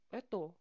eto